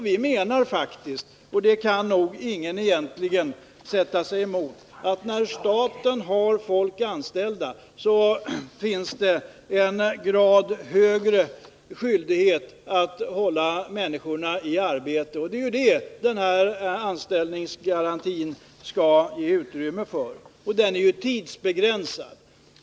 Vi menar faktiskt — och det kan nog ingen egentligen sätta sig emot — att när staten har anställda finns det en grad högre skyldighet att hålla människorna i arbete. Det är detta som anställningsgarantin skall ge utrymme för. Den är ju tidsbegränsad.